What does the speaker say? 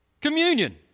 Communion